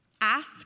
Ask